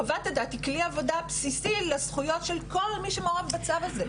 חוות הדעת היא כלי עבודה בסיסי לזכויות של כל מי שמעורב בצו הזה.